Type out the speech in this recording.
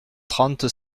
trente